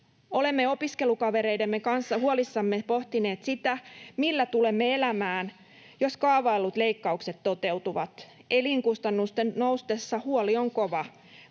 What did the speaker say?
Olemme opiskelukavereidemme kanssa huolissamme pohtineet sitä, millä tulemme elämään, jos kaavaillut leikkaukset toteutuvat. Elinkustannusten noustessa huoli on kova.